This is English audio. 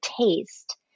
taste